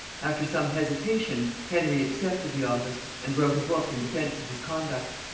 after some hesitation, henry accepted the office, and wrote a book in defence of his conduct.